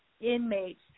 inmates